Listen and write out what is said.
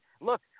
Look